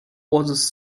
was